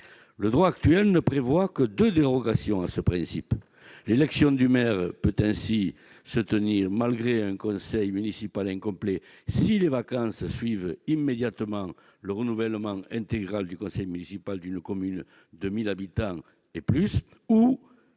le droit actuel ne prévoit que de dérogations à ce principe, l'élection du maire peut ainsi se tenir malgré un conseil municipal est incomplet si les vacances suivent immédiatement le renouvellement intégral du conseil municipal d'une commune de 1000 habitants et plus, ou